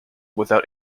without